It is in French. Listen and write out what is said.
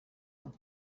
ans